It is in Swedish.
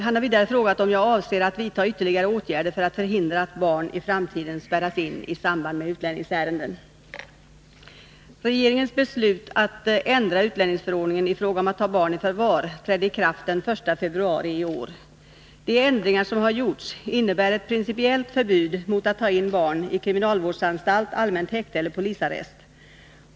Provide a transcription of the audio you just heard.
Han har vidare frågat om jag avser att vidta ytterligare åtgärder för att förhindra att barn i framtiden spärras in i samband med utlänningsärenden. De ändringar som har gjorts innebär ett principiellt förbud mot att ta in barn i kriminalvårdsanstalt, allmänt häkte eller polisarrest.